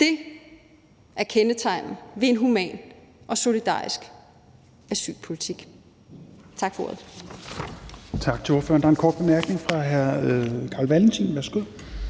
Dét er kendetegnene ved en human og solidarisk asylpolitik.